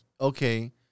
okay